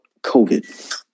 COVID